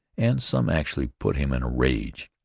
and some actually put him in a rage.